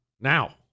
Now